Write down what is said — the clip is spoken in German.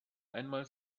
einmal